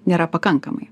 nėra pakankamai